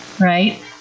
right